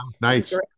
nice